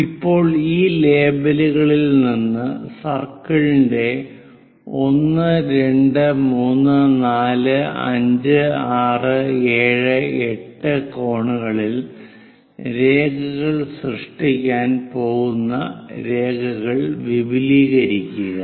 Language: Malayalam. ഇപ്പോൾ ഈ ലേബലുകളിൽ നിന്ന് സർക്കിളിന്റെ 1 2 3 4 5 6 7 8 കോണുകളിൽ രേഖകൾ സൃഷ്ടിക്കാൻ പോകുന്ന രേഖകൾ വിപുലീകരിക്കുക